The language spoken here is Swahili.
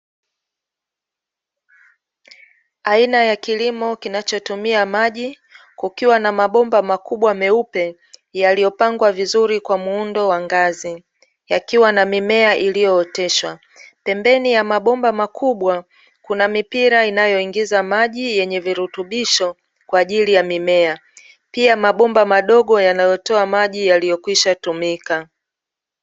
Aina ya kilimo kinachotumia maji kukiwa na mabomba makubwa meupe yaliyopangwa vizuri kwa muundo wa ngazi yakiwa na mimea iliyootesha, pembeni ya mabomba makubwa kuna mipira inayoingiza maji yenye virutubisho kwa ajili ya mimea, pia mabomba madogo yanayotoa maji yaliyokwishatumika.